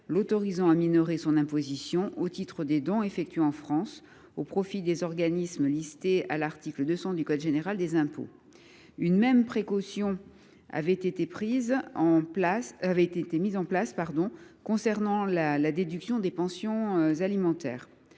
l’autorisant à minorer son imposition au titre des dons effectués en France au profit des organismes énumérés à l’article 200 du code général des impôts. Une même précaution avait été mise en place concernant la déduction des pensions alimentaires.